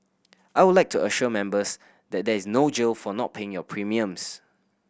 I would like to assure members that there is no jail for not paying your premiums